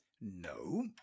No